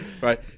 Right